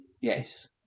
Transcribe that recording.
Yes